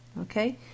Okay